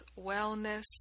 wellness